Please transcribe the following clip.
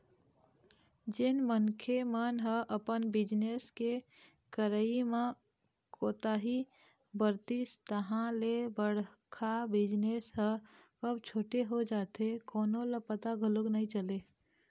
जेन मनखे मन ह अपन बिजनेस के करई म कोताही बरतिस तहाँ ले बड़का बिजनेस ह कब छोटे हो जाथे कोनो ल पता घलोक नइ चलय